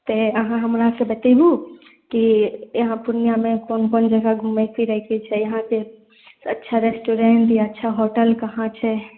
तैं अहाँ हमरासँ बताबु कि यहाँ पूर्णियामे कोन कोन जगह घूमए फिरएके छै यहाँके अच्छा रेस्टूरेंट या अच्छा होटल कहाँ छै